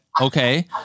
okay